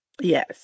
yes